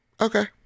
Okay